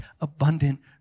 abundant